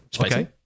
okay